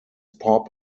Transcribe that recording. pop